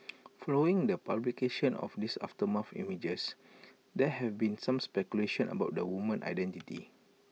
following the publication of these aftermath images there have been some speculation about the woman's identity